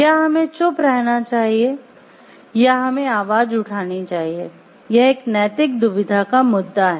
क्या हमें चुप रहना चाहिए या हमें आवाज उठानी चाहिए यह एक नैतिक दुविधा का मुद्दा है